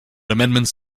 amendments